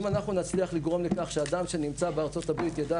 אם אנחנו נצליח לגרום לכך שאדם שנמצא בארצות הברית ידע